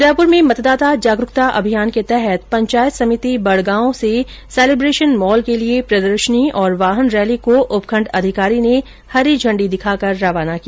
उदयप्र में मतदाता जागरूकता अभियान के तहत पंचायत समिति बडगाँव से सेलीब्रेशन मॉल के लिये ॅप्रदर्शनी और वाहन रैली को उपखण्ड अधिकारी ने हरी झंडी दिखाकर रवाना किया